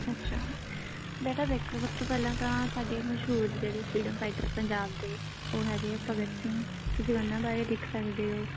ਅੱਛਾ ਬੇਟਾ ਦੇਖੋ ਸਭ ਤੋਂ ਪਹਿਲਾਂ ਤਾਂ ਸਾਡੇ ਮਸ਼ਹੂਰ ਜਿਹੜੇ ਫਰੀਡਮ ਫਾਈਟਰ ਪੰਜਾਬ ਦੇ ਉਹ ਹੈਗੇ ਆ ਭਗਤ ਸਿੰਘ ਤੁਸੀਂ ਉਹਨਾਂ ਬਾਰੇ ਲਿਖ ਸਕਦੇ ਹੋ